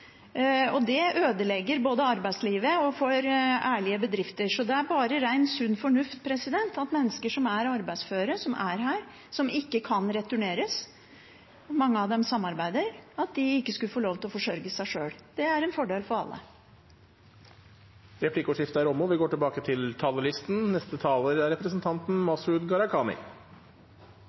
og det ødelegger både arbeidslivet og for ærlige bedrifter. Så det er bare rein, sunn fornuft at mennesker som er arbeidsføre, som er her, som ikke kan returneres – og mange av dem samarbeider – skal få lov til å forsørge seg sjøl. Det er en fordel for alle. Replikkordskiftet er omme. Flyktningproblematikken er en av vår tids store utfordringer. For hvert år som går og vi